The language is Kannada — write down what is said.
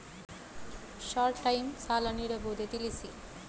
ಶಾರ್ಟ್ ಟೈಮ್ ಸಾಲ ನೀಡಬಹುದೇ ತಿಳಿಸಿ?